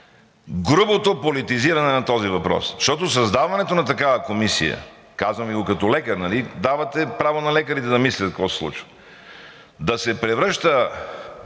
грубото политизиране на този въпрос. Защото създаването на такава комисия, казвам Ви го като лекар – нали давате право на лекарите да казват какво се случва, да се превръща